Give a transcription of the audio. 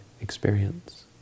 experience